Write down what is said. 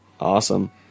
Awesome